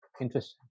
interesting